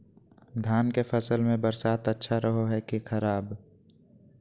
धान के फसल में बरसात अच्छा रहो है कि खराब?